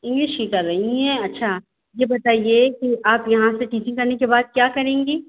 English की कर रही हैं अच्छा ये बताइए कि आप यहाँ से टीचिंग करने के बाद क्या करेंगी